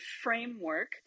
framework